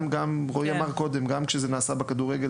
גם רועי אמר קודם שגם כשזה נעשה בכדורגל